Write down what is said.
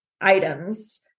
items